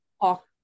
talk